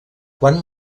quant